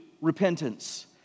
Repentance